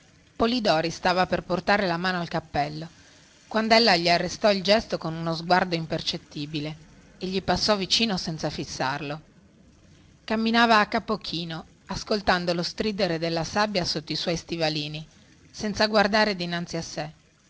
polidori stava per portare la mano al cappello quando ella gli arrestò il gesto con uno sguardo impercettibile e gli passò vicino senza fissarlo camminava a capo chino ascoltando lo stridere della sabbia sotto i suoi stivalini senza guardare dinanzi a sè